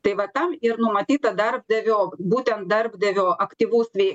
tai va tam ir numatyta darbdavio būtent darbdavio aktyvus vei